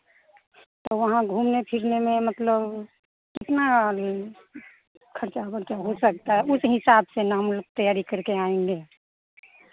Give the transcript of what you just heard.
तो वहाँ घूमने फिरने में मतलब कितना आदमी खर्चा वर्चा हो सकता है उस हिसाब से ना हम लोग तैयारी करके आएँगे